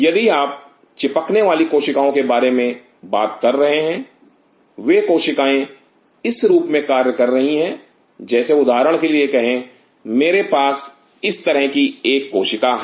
यदि आप चिपकने वाली कोशिकाओं के बारे में बात कर रहे हैं वे कोशिकाएं इस रूप में कार्य कर रही है जैसे उदाहरण के लिए कहे मेरे पास इस तरह की एक कोशिका है